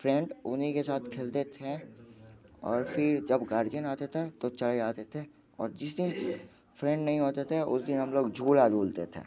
friend उन्हीं के साथ खेलते थे और फिर जब गार्जियन आता था तो चले आते थे और जिस दिन फ्रेंड नहीं होते थे उस दिन हम लोग झूला झूलते थे